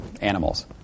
animals